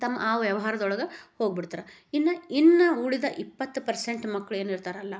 ತಮ್ಮ ಆ ವ್ಯವಹಾರದೊಳಗೆ ಹೋಗ್ಬಿಡ್ತಾರೆ ಇನ್ನು ಇನ್ನು ಉಳಿದ ಇಪ್ಪತ್ತು ಪರ್ಸೆಂಟ್ ಮಕ್ಕಳೇನಿರ್ತಾರಲ್ಲ